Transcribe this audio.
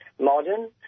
modern